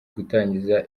gutangiza